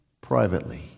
privately